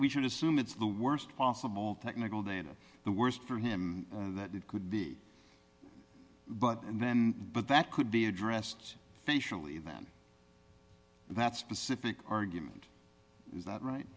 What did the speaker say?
we should assume it's the worst possible technical data the worst for him that it could be but and then but that could be addressed facially them that specific argument is that right